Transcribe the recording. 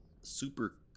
super